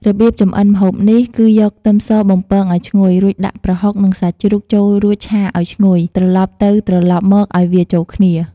របៀបចម្អិនម្ហូបនេះ គឺយកខ្ទឹមសបំពងឲ្យឈ្ងុយ រួចដាក់ប្រហុកនឹងសាច់ជ្រូកចូលរួចឆាឲ្យឈ្ងុយ ត្រឡប់ទៅត្រឡប់មកឲ្យវាចូលគ្នា។